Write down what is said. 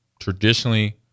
traditionally